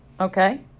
Okay